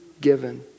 given